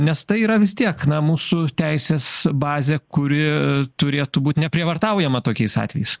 nes tai yra vis tiek na mūsų teisės bazė kuri turėtų būt neprievartaujama tokiais atvejais